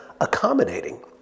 accommodating